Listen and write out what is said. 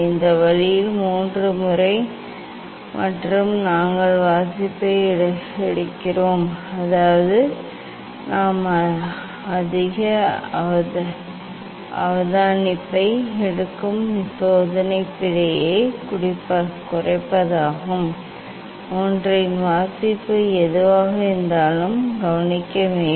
இந்த வழியில் 3 முறை மற்றும் நாங்கள் வாசிப்பு எடுக்கிறோம் அதாவது நாம் அதிக அவதானிப்பை எடுக்கும் சோதனை பிழையை குறைப்பதாகும் ஒன்றின் வாசிப்பு எதுவாக இருந்தாலும் கவனிக்க வேண்டும்